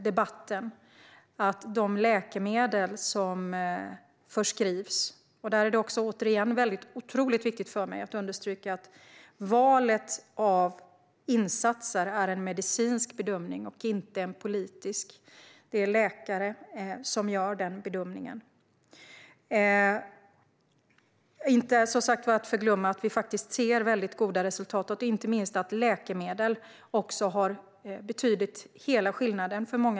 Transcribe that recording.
Det är otroligt viktigt för mig att återigen understryka att valet av insatser är en medicinsk bedömning och inte en politisk. Det är läkare som gör denna bedömning. I denna debatt får vi inte heller glömma att vi faktiskt ser goda resultat. Läkemedel har för många människor gjort hela skillnaden.